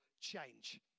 change